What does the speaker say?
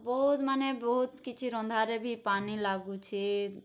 ବହୁତ୍ ମାନେ ବହୁତ୍ କିଛି ରନ୍ଧାରେ ଭି ପାନି ଲାଗୁଛେ